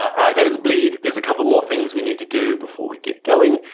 all right, that is bleed, there's a couple more things we need to do before we get going,